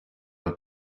will